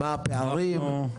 מהם הפערים?